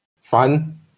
Fun